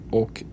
och